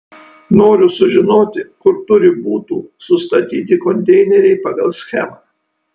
noriu sužinoti kur turi būtų sustatyti konteineriai pagal schemą